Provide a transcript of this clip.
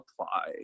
apply